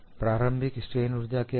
प्रारंभिक स्ट्रेन ऊर्जा क्या है